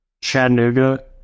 chattanooga